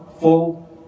full